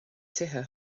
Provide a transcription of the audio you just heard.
tithe